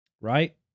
Right